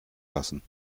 lassen